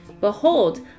Behold